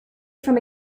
from